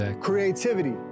creativity